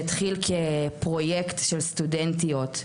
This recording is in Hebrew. שהתחיל כפרוייקט של סטודנטיות,